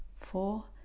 four